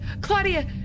Claudia